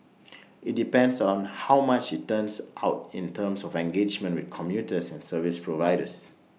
IT depends on how much IT turns out in terms of engagement with commuters and service providers